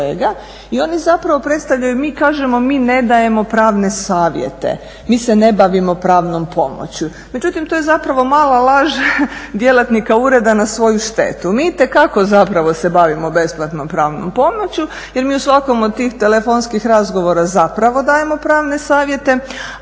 i oni zapravo predstavljaju mi kažemo mi ne dajemo pravne savjete, mi se ne bavimo pravnom pomoći. Međutim, to je zapravo mala laž djelatnika ureda na svoju štetu. Mi itekako zapravo se bavimo besplatnom pravnom pomoći jer mi u svakom od tih telefonskih razgovora zapravo dajemo pravne savjete,